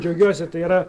džiaugiuosi tai yra